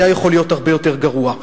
היה יכול להיות הרבה יותר גרוע.